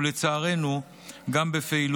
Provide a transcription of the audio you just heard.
שמתמקדת